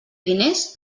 diners